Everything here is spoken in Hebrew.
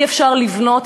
אי-אפשר לבנות,